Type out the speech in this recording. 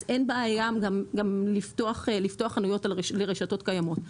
אז אין בעיה גם לפתוח חנויות לרשתות קיימות,